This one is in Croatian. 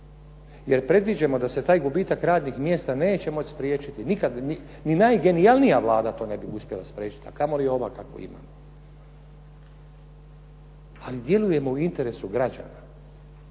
Jer predviđamo da se taj gubitak radnih mjesta neće moći spriječiti nikada, ni najgenijalnija Vlada to ne bi uspjela spriječiti, a kamoli ova koju imamo. Ali djelujemo u interesu građana.